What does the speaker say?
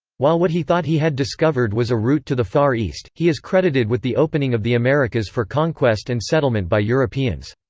while what he thought he had discovered was a route to the far east, he is credited with the opening of the americas for conquest and settlement by europeans.